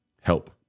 help